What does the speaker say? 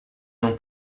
non